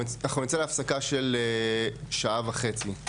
אנחנו נצא להפסקה של שעה וחצי,